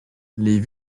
les